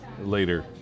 later